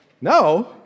No